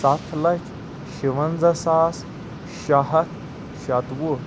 ستھ لچھ شُوَنٛزاہ ساس شےٚ ہتھ شتوُہ